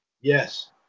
Yes